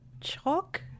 chalk